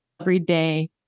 everyday